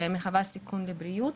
שמהווה סיכון לבריאות.